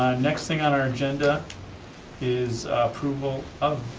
next thing on our agenda is approval of